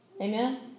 Amen